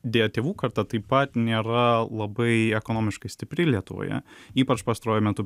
deja tėvų karta taip pat nėra labai ekonomiškai stipri lietuvoje ypač pastaruoju metu